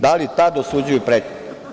Da li tad osuđuju pretnje?